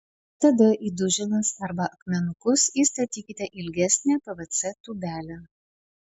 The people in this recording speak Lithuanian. tada į duženas arba akmenukus įstatykite ilgesnę pvc tūbelę